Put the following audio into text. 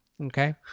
Okay